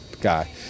guy